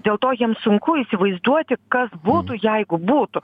dėl to jiems sunku įsivaizduoti kas būtų jeigu būtų